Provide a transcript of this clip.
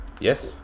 Yes